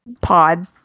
pod